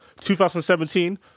2017